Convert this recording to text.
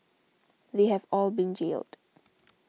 they have all been jailed